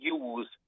use